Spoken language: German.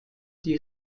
die